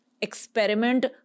experiment